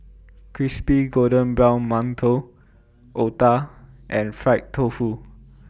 Crispy Golden Brown mantou Otah and Fried Tofu